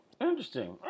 Interesting